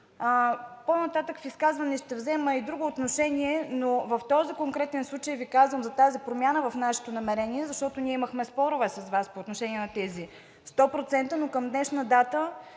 По-нататък в изказване ще взема и друго отношение, но в този конкретен случай Ви казвам за тази промяна в нашето намерение, защото ние имахме спорове с Вас по отношение на тези 100%, но към днешна дата